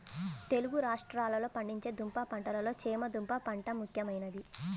తెలుగు రాష్ట్రాలలో పండించే దుంప పంటలలో చేమ దుంప పంట ముఖ్యమైనది